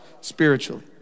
spiritually